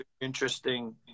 interesting